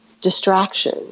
distraction